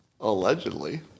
Allegedly